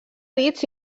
dits